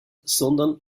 sondern